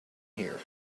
here